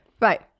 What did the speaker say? Right